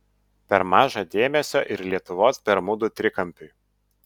per maža dėmesio ir lietuvos bermudų trikampiui